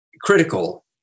critical